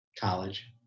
college